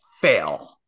fail